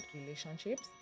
relationships